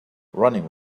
running